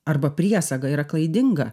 arba priesaga yra klaidinga